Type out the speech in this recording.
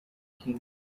king